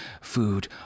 Food